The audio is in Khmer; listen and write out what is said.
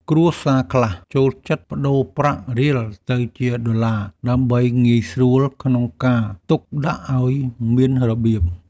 គ្រួសារខ្លះចូលចិត្តប្តូរប្រាក់រៀលទៅជាដុល្លារ ដើម្បីងាយស្រួលក្នុងការទុកដាក់ឱ្យមានរបៀប។